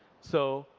so,